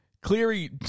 Cleary